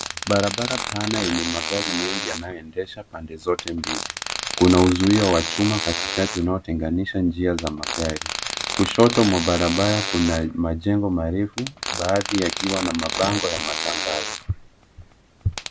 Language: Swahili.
Barabara pana yenye magari mengi yanayoendesha pande zote mbili. Kuna uzio wa chuma katikati unaotenganisha njia za magari. Kushoto mwa barabara kuna majengo marefu baadhi yakiwa na mabango ya matangazo.